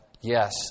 yes